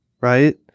right